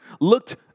looked